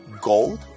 gold